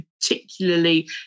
particularly